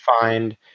find